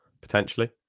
potentially